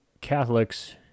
Catholics